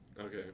okay